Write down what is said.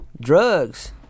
Drugs